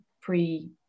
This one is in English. pre